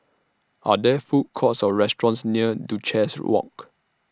Are There Food Courts Or restaurants near Duchess Walk